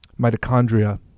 mitochondria